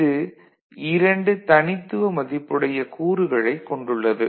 இது 2 தனித்துவ மதிப்புடைய கூறுகளைக் கொண்டுள்ளது